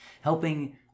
helping